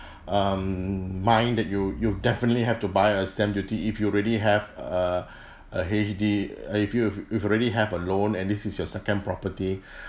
um mind that you you definitely have to buy a stamp duty if you already have a a H_D uh if you if you already have a loan and this is your second property